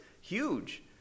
huge